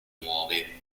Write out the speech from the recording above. nuove